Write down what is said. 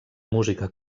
música